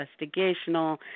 investigational